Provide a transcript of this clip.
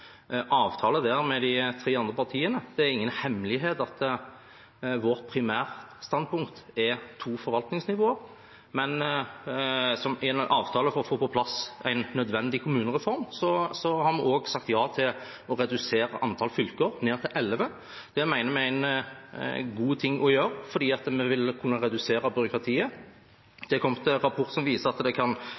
avtale med de tre andre partiene. Det er ingen hemmelighet at vårt primærstandpunkt er to forvaltningsnivå, men i en avtale for å få på plass en nødvendig kommunereform har vi også sagt ja til å redusere antall fylker til elleve. Det mener vi er en god ting å gjøre fordi vi vil kunne redusere byråkratiet. Det har kommet en rapport som viser at det kan